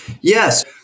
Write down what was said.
Yes